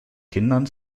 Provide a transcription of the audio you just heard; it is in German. kindern